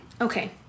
okay